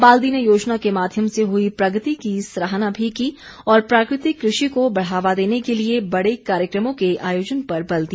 बाल्दी ने योजना के माध्यम से हुई प्रगति की सराहना भी की और प्राकृतिक कृषि को बढ़ावा देने के लिए बड़े कार्यक्रमों के आयोजन पर बल दिया